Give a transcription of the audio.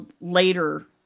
later